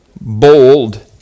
bold